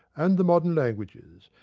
and the modern languages.